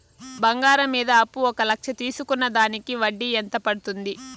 బంగారం మీద అప్పు ఒక లక్ష తీసుకున్న దానికి వడ్డీ ఎంత పడ్తుంది?